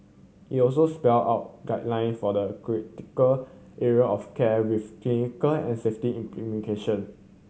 it also spelled out guideline for the critical area of care with clinical and safety in implication